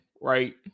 right